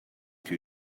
two